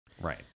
Right